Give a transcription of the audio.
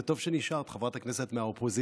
וטוב שנשארת, חברת הכנסת מהאופוזיציה.